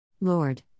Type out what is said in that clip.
Lord